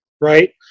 right